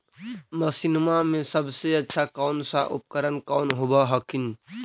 मसिनमा मे सबसे अच्छा कौन सा उपकरण कौन होब हखिन?